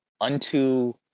Unto